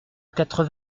quatre